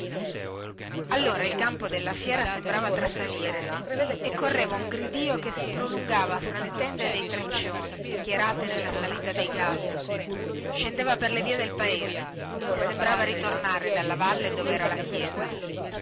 allora il campo della fiera sembrava trasalire e correva un gridìo che si prolungava fra le tende dei trecconi schierate nella salita dei galli scendeva per le vie del paese e sembrava ritornare dalla valle dovera la chiesa